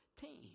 team